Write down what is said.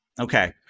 okay